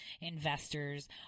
investors